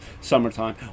Summertime